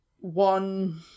one